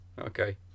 Okay